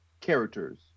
characters